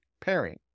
pairing